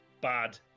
Bad